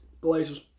Blazers